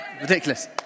Ridiculous